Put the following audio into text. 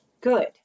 Good